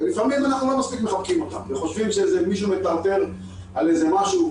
ולפעמים אנחנו לא מספיק מחבקים אותם וחושבים שמישהו מטרטר על משהו.